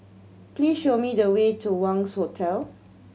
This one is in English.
please show me the way to Wangz Hotel